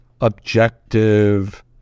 objective